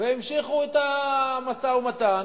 והמשיכו את המשא-ומתן.